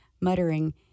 muttering